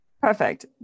perfect